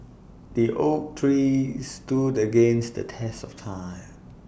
the oak tree stood against the test of time